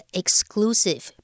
exclusive